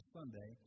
Sunday